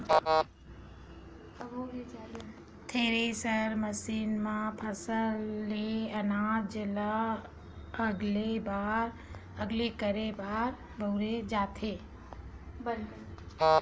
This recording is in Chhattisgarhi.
थेरेसर मसीन म फसल ले अनाज ल अलगे करे बर बउरे जाथे